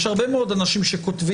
יש הרבה מאוד אנשים שכותבים.